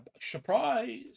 surprise